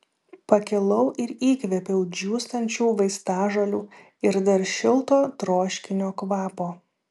pakilau ir įkvėpiau džiūstančių vaistažolių ir dar šilto troškinio kvapo